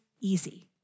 easy